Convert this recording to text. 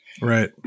Right